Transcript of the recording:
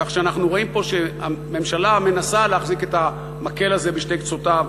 כך שאנחנו רואים פה שהממשלה מנסה להחזיק את המקל הזה בשני קצותיו,